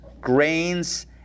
grains